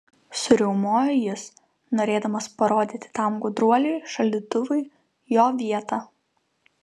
suriaumojo jis norėdamas parodyti tam gudruoliui šaldytuvui jo vietą